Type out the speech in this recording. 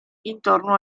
intorno